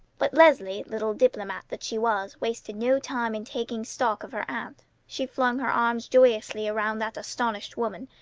but leslie, little diplomat that she was, wasted no time in taking stock of her aunt. she flung her arms joyously around that astonished woman,